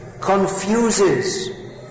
confuses